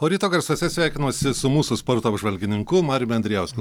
o ryto garsuose sveikinuosi su mūsų sporto apžvalgininku mariumi andrijausku